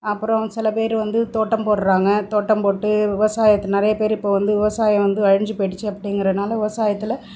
அப்புறோம் சில பேர் வந்து தோட்டம் போடுறாங்க தோட்டம் போட்டு விவசாயத்தை நிறைய பேர் இப்போ வந்து விவசாயம் வந்து அழிஞ்சு போயிடுச்சு அப்படிங்குறனால விவசாயத்தில்